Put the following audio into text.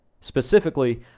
Specifically